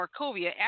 Markovia